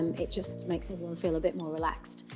and it just makes everyone feel a bit more relaxed.